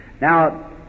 Now